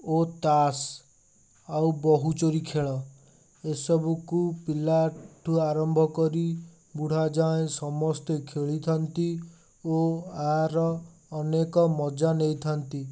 ଓ ତାସ୍ ଆଉ ବହୁଚୋରି ଖେଳ ଏ ସବୁକୁ ପିଲାଠୁ ଆରମ୍ଭକରି ବୁଢ଼ା ଯାଏଁ ସମସ୍ତେ ଖେଳିଥାନ୍ତି ଓ ଆର ଅନେକ ମଜା ନେଇଥାନ୍ତି